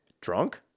Drunk